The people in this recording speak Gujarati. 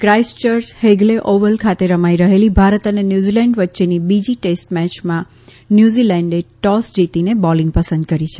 ક્રાઇસ્ટસર્ચ ફેગલે ઓવલ ખાતે રમાઇ રહેલી ભારત અને ન્યુઝીલેન્ડ વચ્ચેની બીજી ટેસ્ટ મેયમાં ન્યુઝીલેન્ડે ટોસ જીતીને બોલીંગ પસંદ કરી હતી